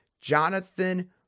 Jonathan